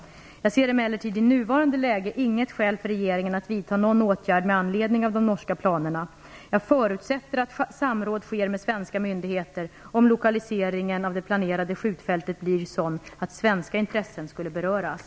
Jag ser emellertid i nuvarande läge inget skäl för regeringen att vidta någon åtgärd med anledning av de norska planerna. Jag förutsätter att samråd sker med svenska myndigheter, om lokaliseringen av det planerade skjutfältet blir sådan att svenska intressen skulle beröras.